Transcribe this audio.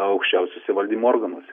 aukščiausiose valdymo organuose